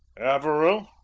averill?